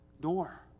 door